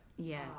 Yes